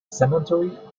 cemetery